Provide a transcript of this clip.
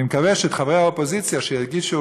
אני מקווה שאת חברי האופוזיציה שהגישו